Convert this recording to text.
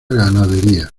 ganadería